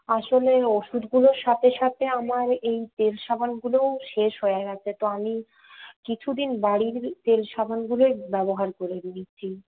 আসলে ওষুধগুলোর সাথে সাথে আমার এই তেল সাবানগুলোও শেষ হয়ে গেছে তো আমি কিছুদিন বাড়ির তেল সাবানগুলোই ব্যবহার করে নিচ্ছি